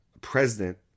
president